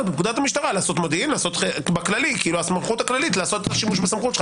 בפקודת המשטרה לעשות מודיעין הסמכות הכללית לעשות שימוש בסמכו שלך.